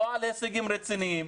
לא על הישגים רציניים,